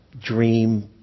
dream